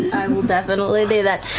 i will definitely do that.